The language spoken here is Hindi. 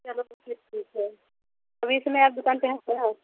चलो तो फिर ठीक है दुकान पर आते हैं